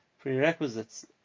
prerequisites